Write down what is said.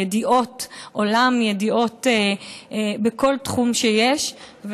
ידיעות עולם וידיעות בכל תחום שיש,